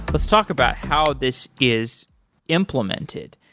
let's talk about how this is implemented.